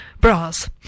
bras